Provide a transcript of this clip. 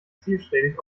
zielstrebig